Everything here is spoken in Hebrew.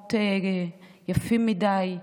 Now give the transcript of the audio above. במקומות יפים מדי,